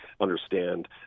understand